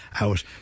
out